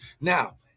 Now